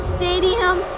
Stadium